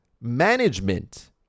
management